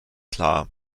klar